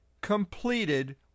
completed